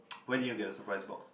where did you get the surprise box